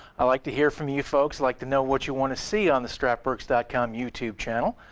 i like to hear from you folks, like to know what you want to see on the strapworks dot com youtube channel,